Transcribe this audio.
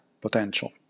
potential